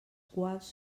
quals